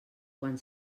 quan